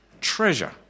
treasure